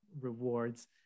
rewards